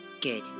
Good